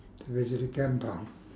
visit a kampung